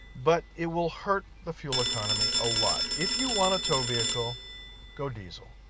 but it will hurt the fuel economy a lot if you want a tow vehicle go diesel